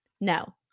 no